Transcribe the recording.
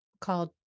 called